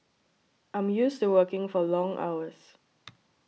I'm used to working for long hours